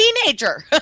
teenager